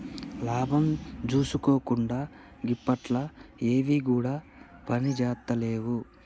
లాభం జూసుకోకుండ గిప్పట్ల ఎవ్విగుడ పనిజేత్తలేవు